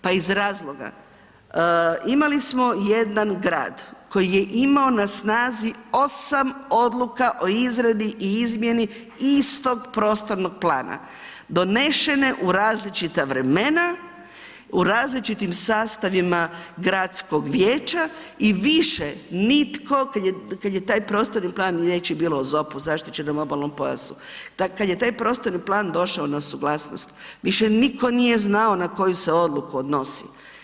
Pa iz razloga, imali smo jedan grad, koji je imao na snazi 8 odluka o izradi i izmjeni istog prostornog plana donesene u različita vremena u različitim sastavima gradskog vijeća i više nitko, kad je taj prostorni plan, inače je bilo o ZOP-u, zaštićenom obalnom pojasu, kad je taj prostorni plan došao na suglasnost, više nitko nije znao na koju se odluku odnosi.